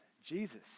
Jesus